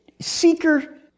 seeker